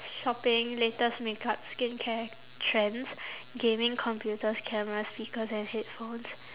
shopping latest makeup skincare trends gaming computers cameras speakers and headphones